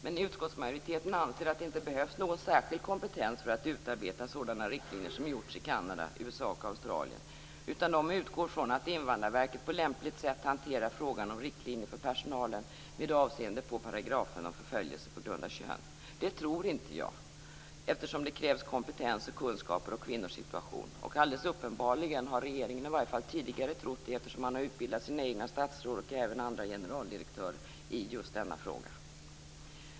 Men utskottsmajoriteten anser att det inte behövs någon särskild kompetens för att utarbeta sådana riktlinjer som gjorts i Kanada, USA och Australien, utan man utgår från att Invandrarverket på lämpligt sätt hanterar frågan om riktlinjer för personalen med avseende på paragrafen om förföljelse på grund av kön. Det tror inte jag eftersom det krävs kompetens och kunskaper om kvinnors situation. Uppenbarligen har regeringen, i alla fall tidigare, trott det eftersom man har utbildat sina egna statsråd och även andra generaldirektörer i just denna fråga.